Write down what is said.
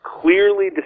clearly